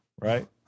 right